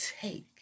take